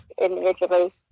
individually